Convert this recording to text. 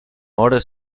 hora